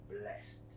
blessed